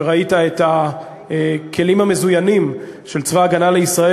שראית את הכלים המזוינים של צבא הגנה לישראל